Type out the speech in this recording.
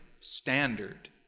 standard